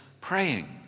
praying